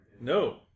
No